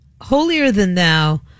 holier-than-thou